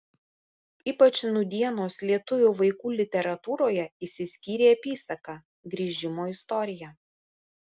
ypač nūdienos lietuvių vaikų literatūroje išsiskyrė apysaka grįžimo istorija